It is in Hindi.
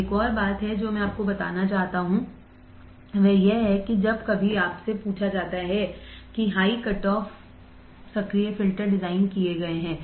अब एक और बात जो मैं आपको बताना चाहता हूं वह यह है कि जब कभी कभी आपसे पूछा जाता है कि हाईकटऑफ सक्रिय फिल्टर डिजाइन किए गए हैं